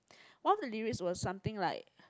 one of the lyrics was something like